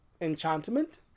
Enchantment